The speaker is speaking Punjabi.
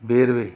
ਵੇਰਵੇ